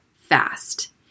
fast